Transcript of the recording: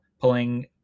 pulling